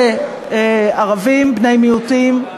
זה ערבים, בני מיעוטים,